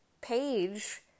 page